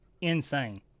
insane